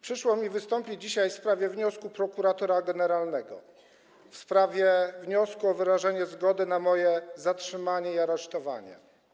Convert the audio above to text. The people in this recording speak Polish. Przyszło mi wystąpić dzisiaj w sprawie wniosku prokuratora generalnego w sprawie wyrażenia zgody na moje zatrzymanie i aresztowanie.